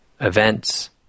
events